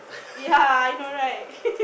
ya I know right